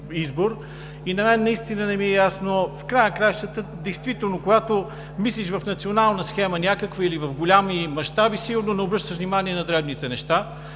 избор. На мен наистина не ми е ясно, в края на краищата действително, когато мислиш в някаква национална схема или в големи мащаби, сигурно не обръщаш внимание на дребните неща,